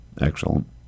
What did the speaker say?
excellent